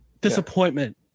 disappointment